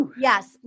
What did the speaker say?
yes